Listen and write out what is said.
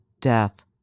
death